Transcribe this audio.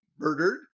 murdered